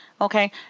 Okay